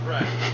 Right